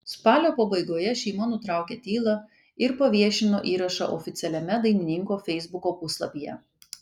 spalio pabaigoje šeima nutraukė tylą ir paviešino įrašą oficialiame dainininko feisbuko puslapyje